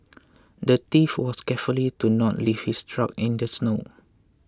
the thief was careful to not leave his track in the snow